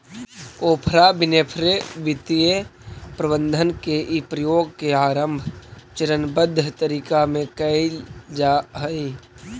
Oprah Winfrey वित्तीय प्रबंधन के इ प्रयोग के आरंभ चरणबद्ध तरीका में कैइल जा हई